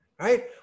right